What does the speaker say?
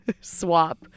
swap